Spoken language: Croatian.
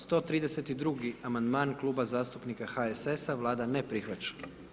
132. amandman Kluba zastupnika HSS-a, Vlada ne prihvaća.